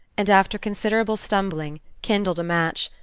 and, after considerable stumbling, kindled a match,